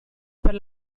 per